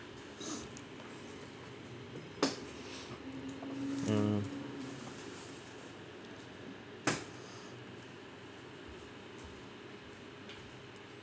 mm